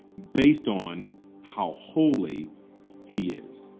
based on how holy he is.